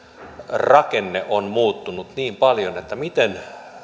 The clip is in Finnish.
rakenne on muuttunut niin paljon miten